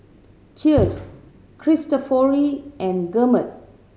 Cheers Cristofori and Gourmet